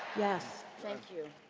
yes! thank you.